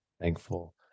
thankful